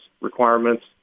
requirements